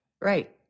Right